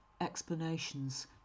explanations